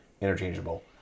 interchangeable